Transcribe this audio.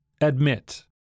Admit